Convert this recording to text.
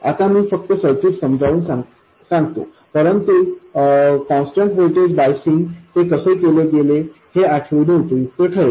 आता मी फक्त सर्किट समजावून सांगू शकतो परंतु कॉन्स्टंट व्होल्टेज बायझिंगसाठी ते कसे केले गेले हे आठवणे उपयुक्त ठरेल